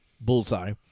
Bullseye